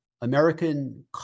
American